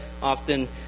often